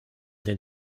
den